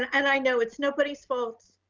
and and i know it's nobody's fault